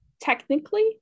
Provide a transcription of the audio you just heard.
technically